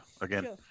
again